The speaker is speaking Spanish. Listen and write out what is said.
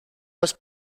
los